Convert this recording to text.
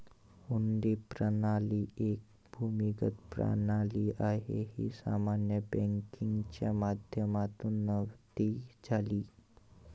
हुंडी प्रणाली एक भूमिगत प्रणाली आहे, ही सामान्य बँकिंगच्या माध्यमातून नव्हती झाली